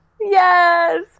Yes